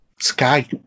Sky